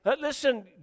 Listen